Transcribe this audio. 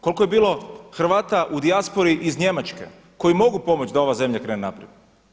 Koliko je bilo Hrvata u dijaspori iz Njemačke koji mogu pomoći da ova zemlja krene naprijed?